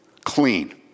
Clean